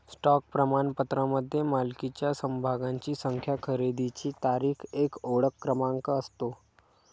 stock प्रमाणपत्रामध्ये मालकीच्या समभागांची संख्या, खरेदीची तारीख, एक ओळख क्रमांक असतो